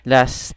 Last